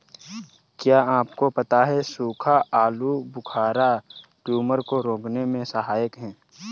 क्या आपको पता है सूखा आलूबुखारा ट्यूमर को रोकने में सहायक है?